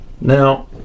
Now